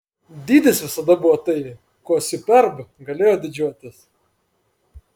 dydis visada buvo tai kuo superb galėjo didžiuotis